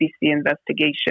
investigation